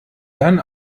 dann